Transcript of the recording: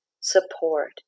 support